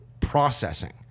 processing